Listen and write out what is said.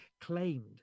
claimed